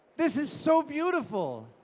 this is so beautiful.